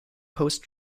post